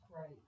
Right